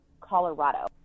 Colorado